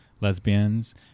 lesbians